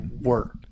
work